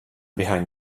behind